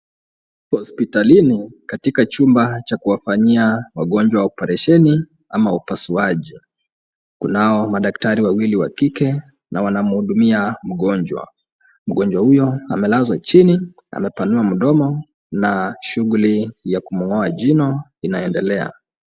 Hospitalini katika chumba cha kuwafanyia wagonjwa oparesheni ama upasuaji kunao madaktari wawili wa kike na wanamuhudumia mgonjwa. Mgonjwa huyo amelazwa chini amepanua mdomo na shughuli ya kumng'oa jino inaendelea.